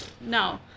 no